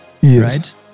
Yes